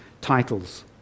titles